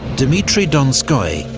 dmitri donskoi,